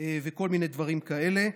וכל מיני דברים כאלה.